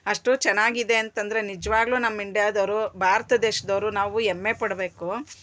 ಅಷ್ಟು ಚೆನ್ನಾಗಿದೆ ಅಂತಂದರೆ ನಿಜವಾಗ್ಲೂ ನಮ್ಮ ಇಂಡ್ಯಾದವರು ಭಾರತ ದೇಶದವ್ರು ನಾವು ಹೆಮ್ಮೆ ಪಡಬೇಕು